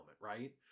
right